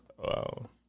Wow